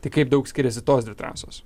tai kaip daug skiriasi tos dvi trasos